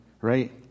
right